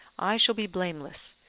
i shall be blameless,